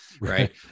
right